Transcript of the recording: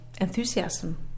enthusiasm